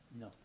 No